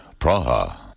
Praha